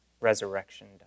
Resurrection